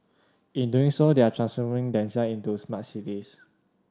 in doing so they are transforming themselves into smart cities